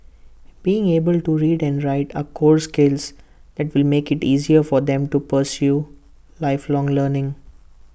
being able to read and write are core skills that will make IT easier for them to pursue lifelong learning